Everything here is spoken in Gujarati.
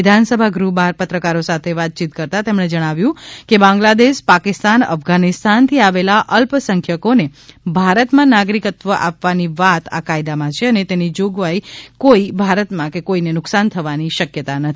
વિધાનસભા ગૃહ બહાર પત્રકારો સાથે વાતયીત કરતાં તેમણે જણાવ્યુ હતું કે બાંગ્લાદેશ પાકિસ્તાન અફઘાનિસ્તાનથી આવેલા અલ્પ સંખ્યકોને ભારતમાં નાગરિકત્વ આપવાની વાત આ કાયદામાં છે અને તેની કોઈ જોગવાઈથી ભારતમાં કોઈને નુકસાન થવાની શક્યતા નથી